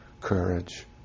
courage